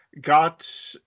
got